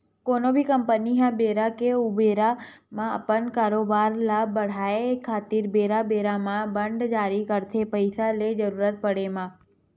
कोनो भी कंपनी ह बेरा के ऊबेरा म अपन कारोबार ल बड़हाय खातिर बेरा बेरा म बांड जारी करथे पइसा के जरुरत पड़े म